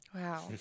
Wow